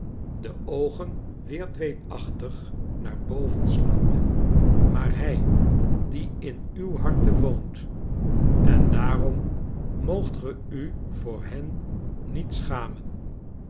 de oogen weer dweepachtig naar boven slaande maar hij die in uw harte woont en daarom moogt ge u voor hen niet schamen